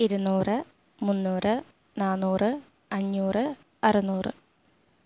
ഇരുന്നൂറ് മുന്നൂറ് നാന്നൂറ് അഞ്ഞൂറ് അറുന്നുറ്